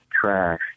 trash